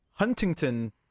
huntington